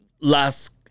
last